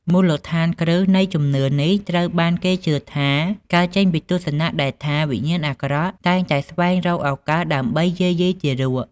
មូលដ្ឋានគ្រឹះនៃជំនឿនេះត្រូវបានគេជឿថា កើតចេញពីទស្សនៈដែលថា វិញ្ញាណអាក្រក់តែងតែស្វែងរកឱកាសដើម្បីយាយីទារក។